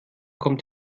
kommt